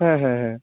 হ্যাঁ হ্যাঁ হ্যাঁ